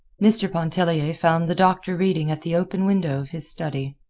mr. pontellier found the doctor reading at the open window of his study.